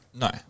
no